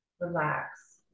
Relax